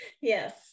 Yes